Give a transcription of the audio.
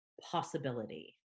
possibility